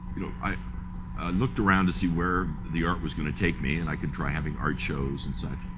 you know, i looked around to see where the art was going to take me and i could try having art shows and such.